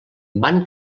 van